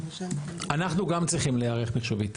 אנחנו גם צריכים להיערך מחשובית.